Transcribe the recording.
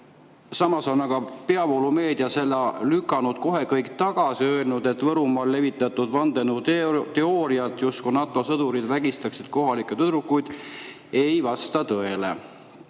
samas on peavoolumeedia lükanud kohe selle kõik tagasi, öelnud, et Võrumaal levitatud vandenõuteooriad, justkui NATO sõdurid vägistaksid kohalikke tüdrukuid, ei vasta tõele.